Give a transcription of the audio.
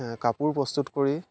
কাপোৰ প্ৰস্তুত কৰি